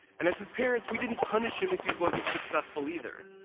and as his parents, we didn't punish him if he wasn't successful either.